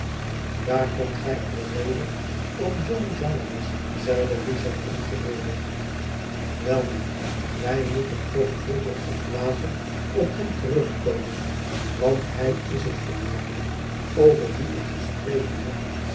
daar komt gij alweder op john jarndyce zeide richard ongeduldig welnu wij moeten toch vroeger of later ep hem terugkomen want hij is het voornamelijk over wien ik te spreken heb